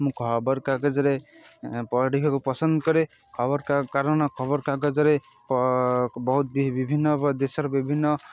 ମୁଁ ଖବରକାଗଜରେ ପଢ଼ିବାକୁ ପସନ୍ଦ କରେ ଖବର କାଗ କାରଣ ଖବରକାଗଜରେ ପ ବହୁତ ବି ବିଭିନ୍ନ ଦେଶର ବିଭିନ୍ନ